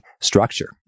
structure